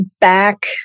back